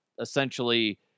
essentially